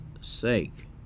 sake